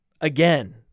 again